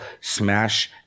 smash